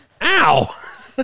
Ow